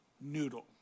noodle